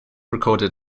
recorded